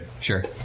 sure